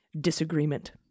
disagreement